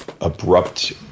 abrupt